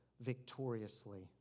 victoriously